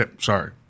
sorry